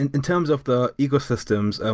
and in terms of the ecosystems, and